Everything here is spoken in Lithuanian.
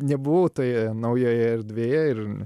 nebuvau toje naujoje erdvėje ir